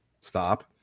Stop